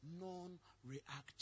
Non-reactive